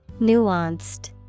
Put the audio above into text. nuanced